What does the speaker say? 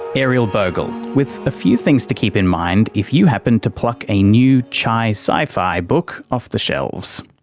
ariel bogle, with a few things to keep in mind if you happen to pluck a new chi-sci-fi book off the shelves